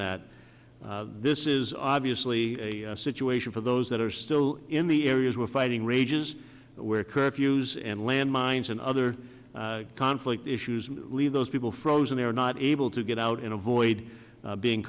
that this is obviously a situation for those that are still in the areas where fighting rages where curfews and land mines and other conflict issues leave those people frozen they're not able to get out and avoid being